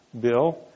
bill